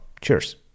Cheers